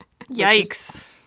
Yikes